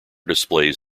displays